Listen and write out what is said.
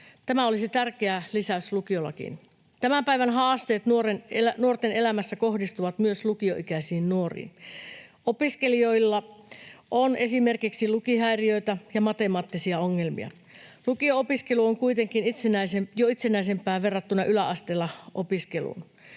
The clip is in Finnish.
Tämä olisi tärkeä lisäys lukiolakiin. Tämän päivän haasteet nuorten elämässä kohdistuvat myös lukioikäisiin nuoriin. Opiskelijoilla on esimerkiksi lukihäiriöitä ja matemaattisia ongelmia. Lukio-opiskelu on kuitenkin jo itsenäisempää verrattuna yläasteella opiskeluun.